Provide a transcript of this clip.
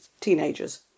teenagers